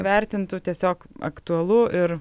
vertintų tiesiog aktualu ir